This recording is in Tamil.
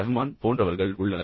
ரஹ்மான் போன்றவர்கள் உள்ளனர்